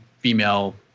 Female